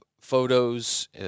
photos